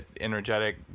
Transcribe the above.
energetic